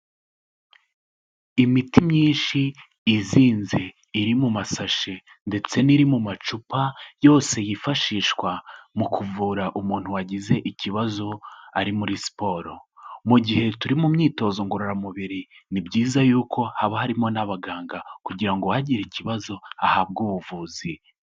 Imiti myinshi, izinze, iri mu masashe ndetse n'iri mu macupa, yose yifashishwa mu kuvura umuntu wagize ikibazo ari muri siporo. Mu gihe turi mu myitozo ngororamubiri ni byiza yuko haba harimo n'abaganga kugira ngo uwagira ikibazo ahabwe ubuvuzi.